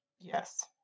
Yes